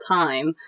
time